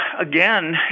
again